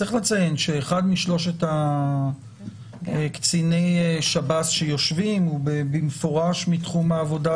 צריך לציין שאחד משלושת קציני השב"ס שיושבים הוא במפורש מתחום העבודה,